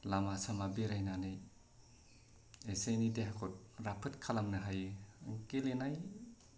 लामा सामा बेरायनानै एसे एनै देहाखौ राफोद खालामनो हायो गेलेनाय